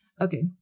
okay